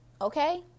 okay